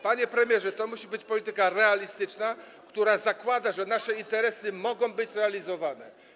Panie premierze, to musi być polityka realistyczna, która zakłada, że nasze interesy mogą być realizowane.